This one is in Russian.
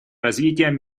развитием